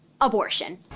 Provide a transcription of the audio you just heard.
abortion